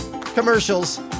commercials